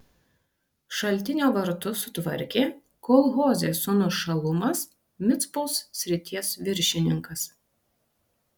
šaltinio vartus sutvarkė kol hozės sūnus šalumas micpos srities viršininkas